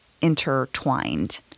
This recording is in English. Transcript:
intertwined